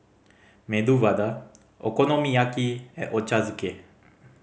Medu Vada Okonomiyaki and Ochazuke